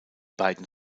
beiden